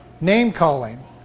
name-calling